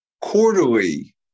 quarterly